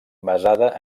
basada